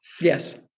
Yes